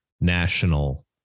National